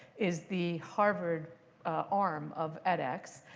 is the harvard arm of edx.